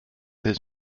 his